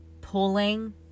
pulling